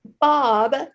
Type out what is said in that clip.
Bob